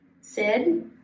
Sid